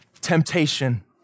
Temptation